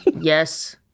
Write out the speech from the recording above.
Yes